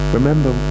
Remember